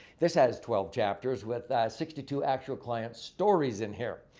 this has twelve chapters with sixty two actual client stories in here.